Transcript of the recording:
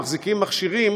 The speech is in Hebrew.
מחזיקים מכשירים